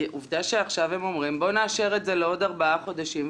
כי עובדה שעכשיו הם אומרים: בוא נאשר את זה לעוד ארבעה חודשים,